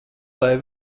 lai